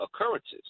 occurrences